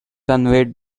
conveyed